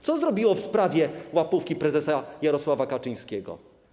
Co zrobiło w sprawie łapówki prezesa Jarosława Kaczyńskiego?